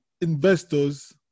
investors